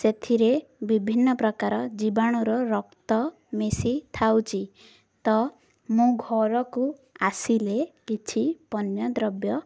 ସେଥିରେ ବିଭିନ୍ନ ପ୍ରକାର ଜୀବାଣୁର ରକ୍ତ ମିଶି ଥାଉଛି ତ ମୁଁ ଘରକୁ ଆସିଲେ କିଛି ପାନ୍ୟଦ୍ରବ୍ୟ